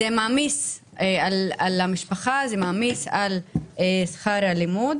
זה מעמיס על המשפחה, זה מעמיס על שכר הלימוד